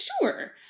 Sure